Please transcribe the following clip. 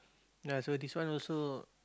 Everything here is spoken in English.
ya so this one also